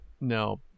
No